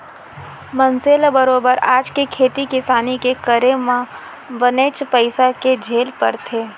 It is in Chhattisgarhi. मनसे ल बरोबर आज के खेती किसानी के करे म बनेच पइसा के झेल परथे